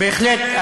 בהחלט,